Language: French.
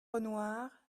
renoir